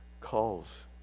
calls